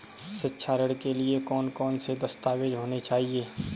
शिक्षा ऋण के लिए कौन कौन से दस्तावेज होने चाहिए?